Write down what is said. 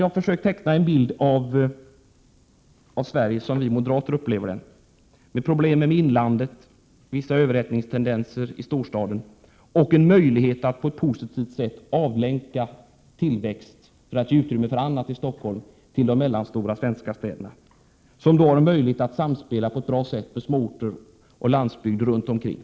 Jag har försökt att teckna en bild av Sverige som vi moderater upplever den, med problemen i inlandet, med vissa överhettningstendenser i storstaden och med en möjlighet att på ett positivt sätt avlänka tillväxt till de mellanstora svenska städerna för att ge utrymme för annat i Stockholm. De mellanstora städerna får då möjlighet att på ett bättre sätt samspela med småorter och landsbygden runt omkring.